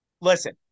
listen